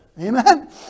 Amen